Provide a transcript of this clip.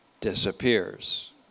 disappears